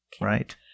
Right